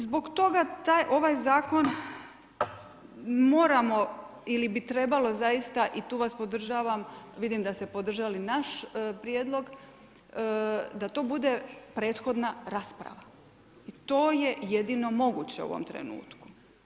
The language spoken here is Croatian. Zbog toga ovaj zakon moramo ili bi trebalo zaista i tu vas podržavam, vidim da ste podržali naš prijedlog da to bude prethodna rasprava i to je jedino moguće u ovom trenutku.